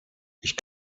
ich